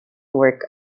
work